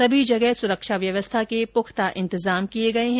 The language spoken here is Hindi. सभी जगह सुरक्षा व्यवस्था के पुख्ता इंतजाम किये गये है